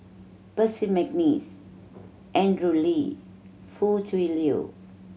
Percy McNeice Andrew Lee Foo Tui Liew